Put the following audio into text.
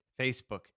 Facebook